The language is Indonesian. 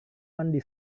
mandi